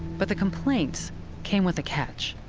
but the complaints came with a catch.